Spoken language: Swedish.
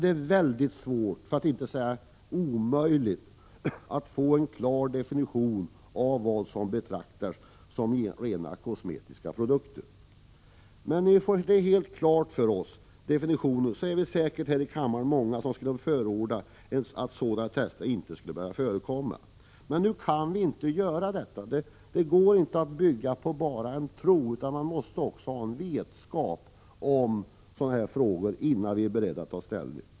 Det är mycket svårt, för att inte säga omöjligt, att få en klar definition på vad som betraktas som rent kosmetiska produkter. När vi får den definitionen helt klar för oss är det säkert många här i kammaren som skulle förorda att sådana tester inte får förekomma. Men nu kan vi inte göra det. Det går inte att bara bygga på en tro, vi måste också ha kunskap i dessa frågor, innan vi är beredda att ta ställning.